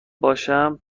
باشم